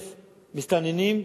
מסתננים,